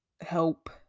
help